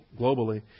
globally